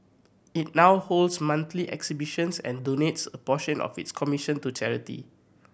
it now holds monthly exhibitions and donates a portion of its commission to charity